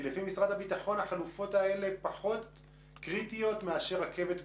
כי לפי משרד הביטחון החלופות האלה פחות קריטיות מאשר רכבת גורל,